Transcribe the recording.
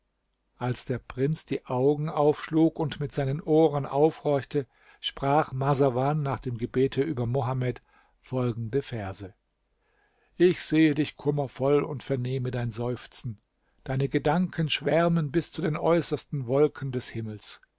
als der prinz die augen aufschlug und mit seinen ohren aufhorchte sprach marsawan nach dem gebete über mohammed folgende verse ich sehe dich kummervoll und vernehme dein seufzen deine gedanken schwärmen bis zu den äußersten wolken des himmels